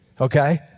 okay